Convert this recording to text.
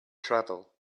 travel